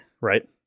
right